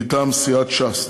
מטעם סיעת ש"ס.